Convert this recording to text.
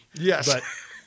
Yes